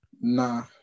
Nah